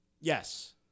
Yes